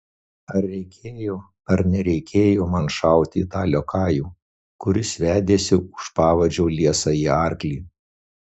ar reikėjo ar nereikėjo man šauti į tą liokajų kuris vedėsi už pavadžio liesąjį arklį